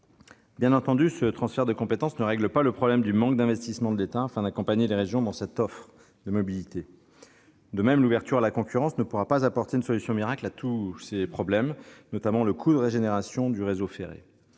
Bien entendu, ce transfert de compétence ne règle pas le problème du manque d'investissement de l'État, afin d'accompagner les régions dans cette offre de mobilité. De même, l'ouverture à la concurrence ne pourra pas apporter une solution miracle à tous ces problèmes, notamment le coût de régénération du réseau ferré.